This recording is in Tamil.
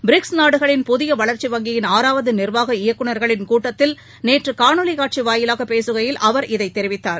பிரிக்ஸ் நாடுகளின் புதிய வளர்ச்சி வங்கியின் ஆறாவது நிர்வாக இயக்குநர்களின் கூட்டத்தில் நேற்று காணொலி காட்சி வாயிலாக பேசுகையில் அவர் இதைத் தெரிவித்தார்